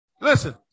Listen